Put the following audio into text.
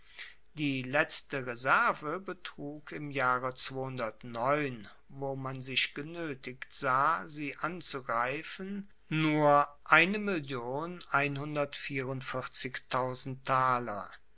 die letzte reserve betrug im jahre wo man sich genoetigt sah sie anzugreifen nur